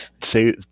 say